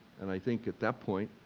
and i think at that point,